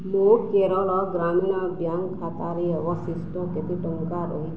ମୋ କେରଳ ଗ୍ରାମୀଣ ବ୍ୟାଙ୍କ୍ ଖାତାରେ ଅବଶିଷ୍ଟ କେତେ ଟଙ୍କା ରହି